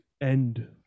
end